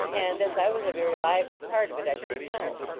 and as i was a very lively part of it, i should know.